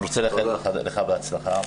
אני רוצה לאחל לך בהצלחה.